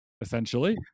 essentially